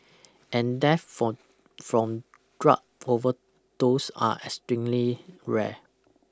and deaths from from drug overdose are extremely rare